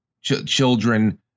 Children